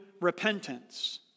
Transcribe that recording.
repentance